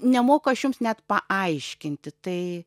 nemoku aš jums net paaiškinti tai